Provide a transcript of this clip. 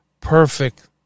Perfect